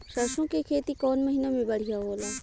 सरसों के खेती कौन महीना में बढ़िया होला?